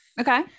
Okay